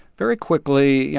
very quickly, you